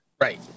Right